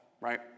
right